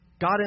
God